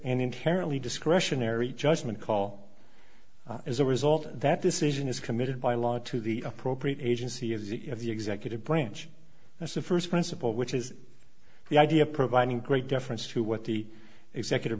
and inherently discretionary judgement call as a result of that this isn't as committed by law to the appropriate agency of the of the executive branch as the first principle which is the idea of providing great deference to what the executive